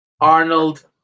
Arnold